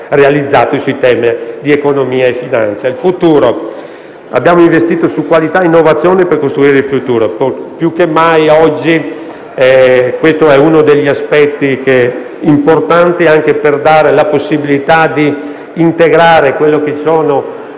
realizzato sui temi di economia e finanza. Abbiamo investito su qualità e innovazione per costruire il futuro. Più che mai oggi questo è uno degli aspetti importanti, anche per dare la possibilità di integrare le richieste,